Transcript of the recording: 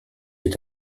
est